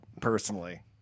personally